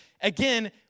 Again